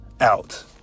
out